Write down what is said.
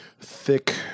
thick